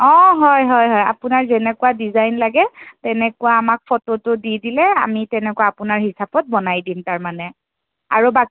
অঁ হয় হয় হয় আপোনাৰ যেনেকুৱা ডিজাইন লাগে তেনেকুৱা আমাক ফটোটো দি দিলে আমি তেনেকুৱা আপোনাৰ হিচাপত বনাই দিম তাৰমানে আৰু বাকী